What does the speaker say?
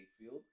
field